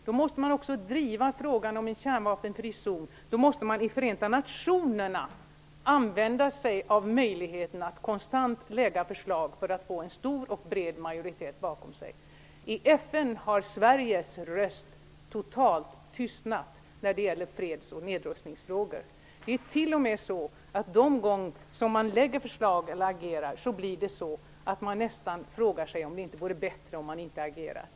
Då måste man också driva frågan om en kärnvapenfri zon. Då måste man i Förenta nationerna använda sig av möjligheten att konstant lägga fram förslag för att få en stor och bred majoritet bakom sig. I FN har Sveriges röst totalt tystnat när det gäller freds och nedrustningsfrågor. Det är t.o.m. så att de gånger det läggs fram förslag eller ageras, blir det så att man nästan frågar sig om det inte vore bättre att Sverige inte agerat.